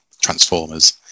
Transformers